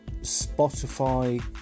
Spotify